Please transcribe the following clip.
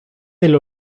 del